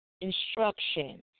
instruction